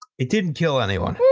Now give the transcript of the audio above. it didn't kill anyone.